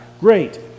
Great